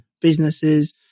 businesses